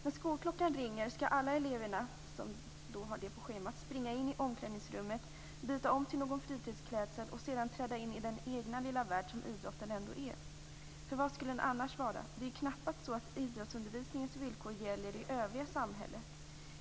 När skolklockan ringer skall alla elever som har idrott på schemat springa in i omklädningsrummet, byta om till någon fritidsklädsel och sedan träda in i den egna lilla värld som idrotten ändå är. För vad skulle den annars vara? Det är ju knappast så att idrottsundervisningens villkor gäller i övriga samhället.